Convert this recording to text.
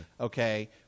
Okay